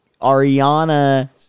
Ariana